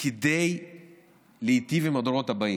כדי להיטיב עם הדורות הבאים.